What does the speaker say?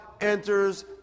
enters